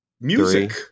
music